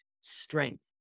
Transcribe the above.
strength